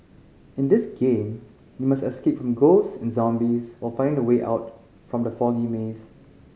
in this game you must escape from ghosts and zombies while finding the way out from the foggy maze